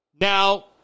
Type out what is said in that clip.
Now